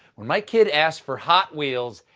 when my kid asks for hot wheels,